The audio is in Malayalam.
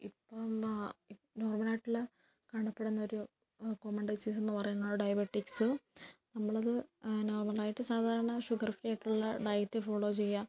ഇപ്പം ഇപ്പം നോർമലായിട്ടുള്ള കാണപ്പെടുന്നൊരു കോമൺ ഡിസീസ് എന്നു പറയുന്നത് ഡയബെറ്റിക്സ് നമ്മളത് നോർമലായിട്ട് സാധാരണ ഷുഗർ ഫ്രീ ആയിട്ടുള്ള ഡയറ്റ് ഫോളോ ചെയ്യുക